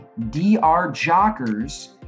drjockers